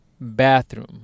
bathroom